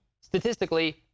statistically